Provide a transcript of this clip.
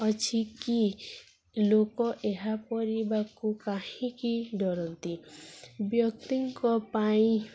ଅଛି କି ଲୋକ ଏହା କରିବାକୁ କାହିଁକି ଡରନ୍ତି ବ୍ୟକ୍ତିଙ୍କ ପାଇଁ